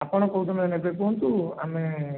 ଆପଣ କେଉଁଦିନ ନେବେ କୁହନ୍ତୁ ଆମେ